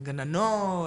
הגננות,